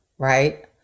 right